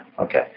Okay